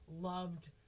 loved